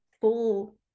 full